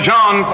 John